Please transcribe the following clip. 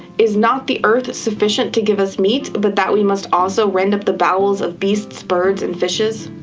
is not the earth sufficient to give us meat, but that we must also rend up the bowels of beasts, birds, and fishes?